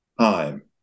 time